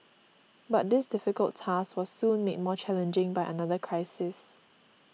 but this difficult task was soon made more challenging by another crisis